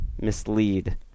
mislead